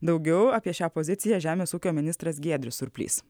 daugiau apie šią poziciją žemės ūkio ministras giedrius surplys